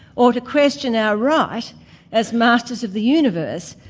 or to question our right as masters of the universe,